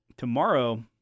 Tomorrow